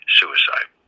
suicide